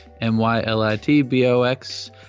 M-Y-L-I-T-B-O-X